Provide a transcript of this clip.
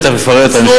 תיכף אפרט.